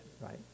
right